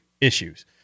issues